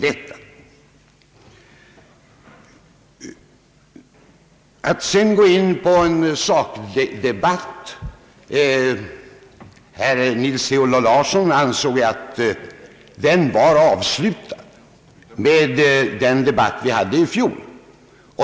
och det bör även gälla herr Ferdinand Nilsson — att sakdebatten var avslutad med den debatt vi hade i fjol.